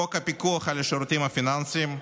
חוק הפיקוח על השירותים הפיננסיים,